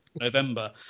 November